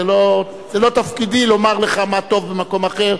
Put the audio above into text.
זה לא תפקידי לומר לך מה טוב במקום אחר.